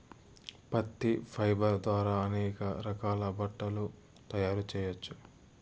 పత్తి ఫైబర్ ద్వారా అనేక రకాల బట్టలు తయారు చేయచ్చు